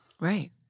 Right